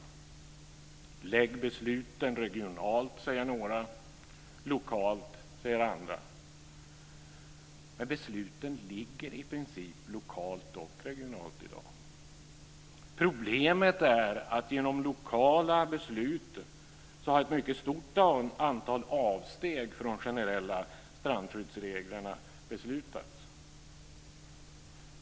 Några säger att besluten ska fattas regionalt - lokalt säger andra. Men besluten fattas i dag i princip lokalt och regionalt. Problemet är att genom lokala beslut har ett stort antal avsteg från de generella strandskyddsreglerna tagits.